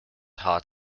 hot